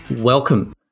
Welcome